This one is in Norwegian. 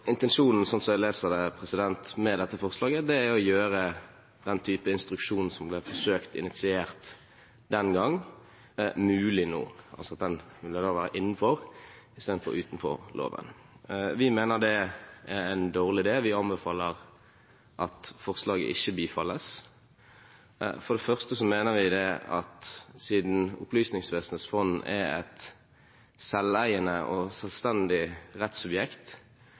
jeg leser det, med dette forslaget er å gjøre den type instruksjon som ble forsøkt initiert den gang, mulig nå – altså å få det innenfor i stedet for utenfor loven. Vi mener det er en dårlig idé. Vi anbefaler at forslaget ikke bifalles. For det første mener vi at siden Opplysningsvesenets fond er et selveiende og selvstendig rettssubjekt,